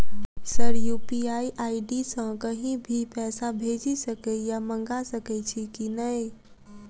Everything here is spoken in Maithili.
सर यु.पी.आई आई.डी सँ कहि भी पैसा भेजि सकै या मंगा सकै छी की न ई?